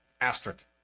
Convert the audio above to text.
Asterisk